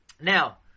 Now